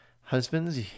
husbands